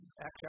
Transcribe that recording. Acts